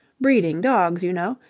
breeding dogs, you know,